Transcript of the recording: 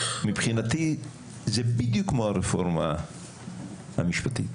מבחינתי זה בדיוק כמו הרפורמה המשפטית,